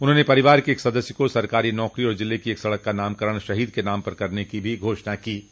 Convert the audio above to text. उन्होंने परिवार के एक सदस्य को सरकारी नौकरी तथा जिले की एक सड़क का नामकरण शहीद के नाम पर करने की भी घोषणा की है